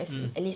mm